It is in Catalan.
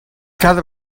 cada